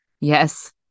Yes